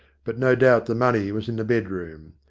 but no doubt the money was in the bedroom.